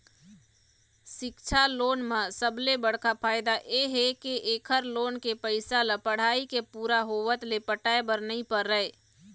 सिक्छा लोन म सबले बड़का फायदा ए हे के एखर लोन के पइसा ल पढ़ाई के पूरा होवत ले पटाए बर नइ परय